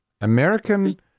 American